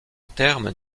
terme